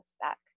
back